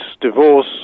divorce